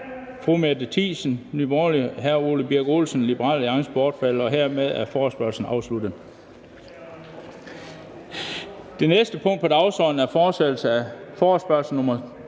Det næste punkt på dagsordenen er: 4) Fortsættelse af forespørgsel nr.